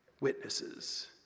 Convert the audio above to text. witnesses